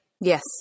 yes